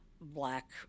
black